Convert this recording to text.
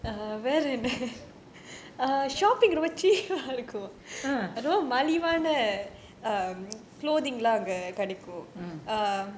mm